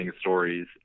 stories